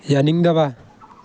ꯌꯥꯅꯤꯡꯗꯕ